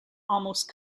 almost